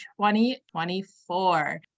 2024